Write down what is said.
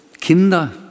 »Kinder«